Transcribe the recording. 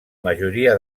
majoria